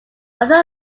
other